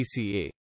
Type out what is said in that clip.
PCA